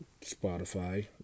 Spotify